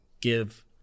give